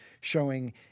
showing